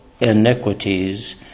iniquities